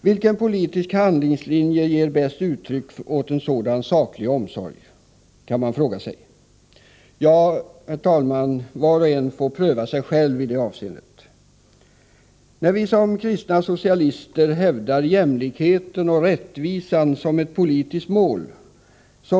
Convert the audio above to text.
Vilken politisk handlingslinje ger bäst uttryck åt en sådan saklig omsorg, kan man fråga sig. Var och en, herr talman, får pröva själv. När vi som kristna socialister hävdar jämlikheten och rättvisan som ett politiskt mål,